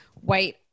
white